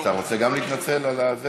דב, אתה רוצה גם להתנצל על זה?